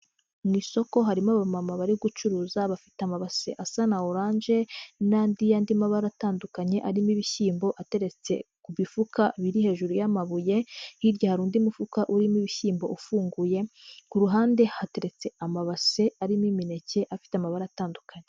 Mu isoko harimo abamama bari gucuruza bafite amabase asa na orange, n'andi yandi mabara atandukanye arimo ibishyimbo ateretse ku mifuka, biri hejuru y'amabuye, hirya hari undi mufuka urimo ibishyimbo ufunguye ku ruhande hateretse amabase arimo imineke afite amabara atandukanye.